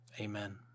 amen